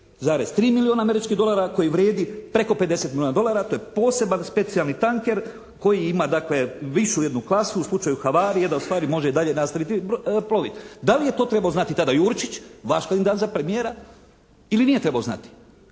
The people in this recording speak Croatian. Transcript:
za 35,3 milijuna američkih dolara koji vrijedi preko 50 milijuna dolara. To je poseban, specijalni tanker koji ima dakle višu jednu klasu u slučaju …/Govornik se ne razumije./… je da u stvari može i dalje nastaviti ploviti. Da li je to trebao znati tada Jurčić vaš kandidat za premijera ili nije trebao znati?